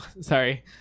sorry